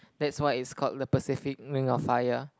that's why it's called the Pacific Ring of Fire